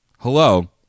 Hello